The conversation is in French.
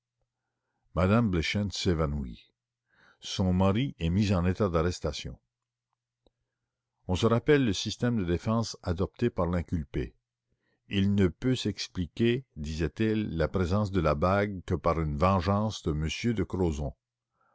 me bleichen s'évanouit son mari est mis en état d'arrestation on se rappelle le système de défense adopté par l'inculpé il ne peut s'expliquer disait-il la présence de la bague que par une vengeance de m de crozon